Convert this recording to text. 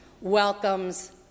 welcomes